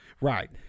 Right